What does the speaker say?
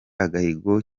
agahigo